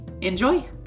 Enjoy